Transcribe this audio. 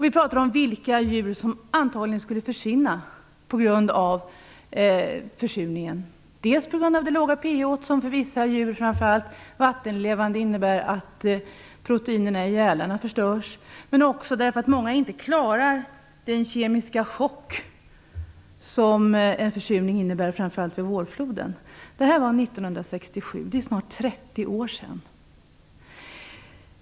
Vi pratade om vilka djur som antagligen skulle försvinna på grund av försurningen, dels på grund av det låga pH-värdet, som för vissa djur, framför allt de vattenlevande, innebär att proteinerna i gälarna förstörs, dels därför att många inte klarar den kemiska chock som en försurning innebär, framför allt vid vårfloden. Det här var 1967. Det är snart 30 år sedan.